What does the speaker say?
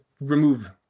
remove